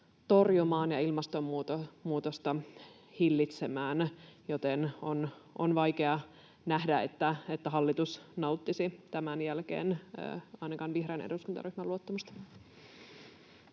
ja ilmastonmuutosmuutosta hillitsemään, joten on vaikea nähdä, että hallitus nauttisi tämän jälkeen ainakaan vihreän eduskuntaryhmän luottamusta.